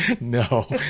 no